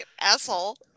asshole